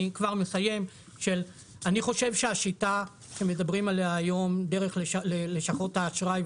אני חושב שהשיטה שמדברים עליה היום דרך לשכות האשראי,